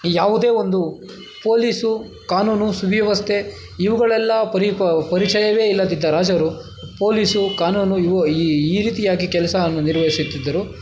ಯಾವುದೇ ಒಂದು ಪೊಲೀಸು ಕಾನೂನು ಸುವ್ಯವಸ್ಥೆ ಇವುಗಳೆಲ್ಲ ಪರಿ ಪರಿಚಯವೇ ಇಲ್ಲದ್ದಿದ್ದ ರಾಜರು ಪೊಲೀಸು ಕಾನೂನು ಇವು ಈ ಈ ರೀತಿಯಾಗಿ ಕೆಲಸ ಅನ್ನು ನಿರ್ವಹಿಸುತ್ತಿದ್ದರು